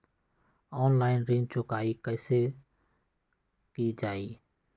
Online ऋण चुकाई कईसे की ञाई?